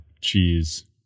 cheese